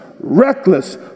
reckless